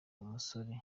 umusore